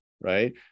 right